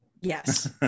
Yes